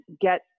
get